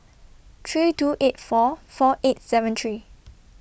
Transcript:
three two eight four four eight seven three